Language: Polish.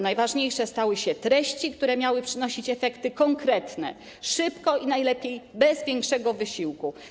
Najważniejsze stały się treści, które miały przynosić efekty konkretne, szybko i najlepiej bez większego wysiłku.